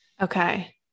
Okay